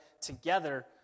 together